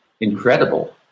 incredible